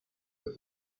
with